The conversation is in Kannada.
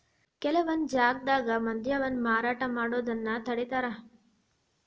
ಕೆಲವೊಂದ್ ಜಾಗ್ದಾಗ ಮದ್ಯವನ್ನ ಮಾರಾಟ ಮಾಡೋದನ್ನ ತಡೇತಾರ